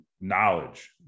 knowledge